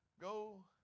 go